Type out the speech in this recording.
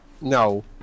No